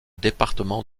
département